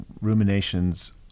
ruminations